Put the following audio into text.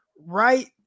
right